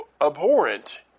abhorrent